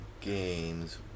games